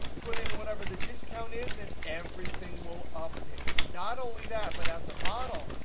put in whatever the discount is, and everything will update. not only that, but as a model,